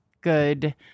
good